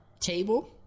table